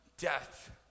death